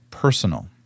personal